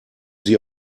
sie